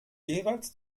jeweils